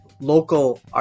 local